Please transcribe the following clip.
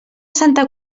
santa